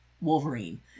Wolverine